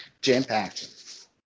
Jam-packed